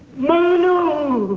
no.